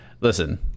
listen